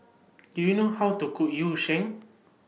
Do YOU know How to Cook Yu Sheng